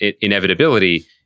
inevitability